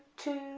two,